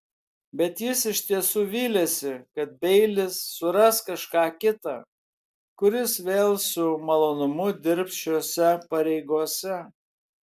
bet jis iš tiesų vylėsi kad beilis suras kažką kitą kuris vėl su malonumu dirbs šiose pareigose